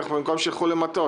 במקום שילכו למטוס,